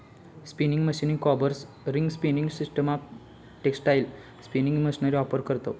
spinning मशीनीक combers, ring spinning सिस्टमाक textile spinning machinery offer करतव